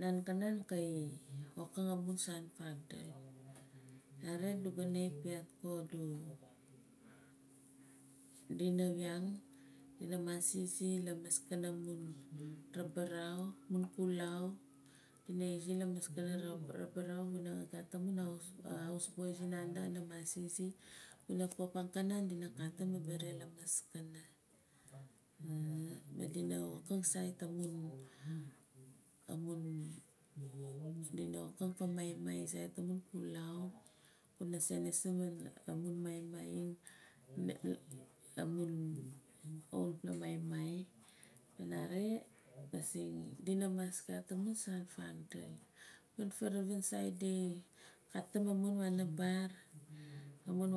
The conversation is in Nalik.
Nan kanan kaaie wokang amun saan faakdul nare adu gana piaat ko adu dina wiang dina maas izi lamaskana nabarau amun xulau dina izi lamaskana rabarau wuna ka gat amun house boy si nandi kana mas izi wuna a pop angkanan dina kati abaare lamaskana. Kina wokam sait amun amun dina wokim sait a maimai amun xulau kuna senisim amun maimai aing amun olpla maimai nare masing dina mas gat amun saan fakdul amun furavin dina katim wana aa amun